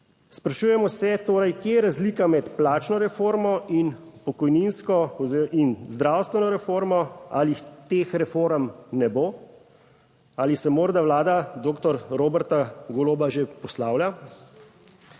Sprašujemo se torej, kje je razlika med plačno reformo in pokojninsko in zdravstveno reformo, ali teh reform ne bo, ali se morda vlada doktor Roberta Goloba že poslavlja?